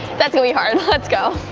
that's gonna be hard. let's go.